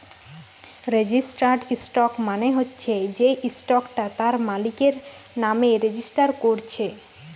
registered stock মানে হচ্ছে যেই স্টকটা তার মালিকের নামে রেজিস্টার কোরছে